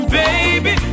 baby